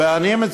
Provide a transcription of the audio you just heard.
יש